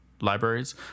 libraries